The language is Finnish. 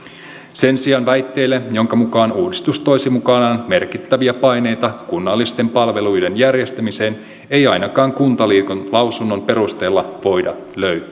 sen sijaan perusteita väitteelle jonka mukaan uudistus toisi mukanaan merkittäviä paineita kunnallisten palveluiden järjestämiseen ei ainakaan kuntaliiton lausunnon perusteella voida löytää